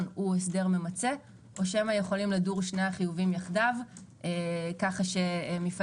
הוא ממצה או שמא יכולים לדור שני החיובים יחדיו כך שמפעלי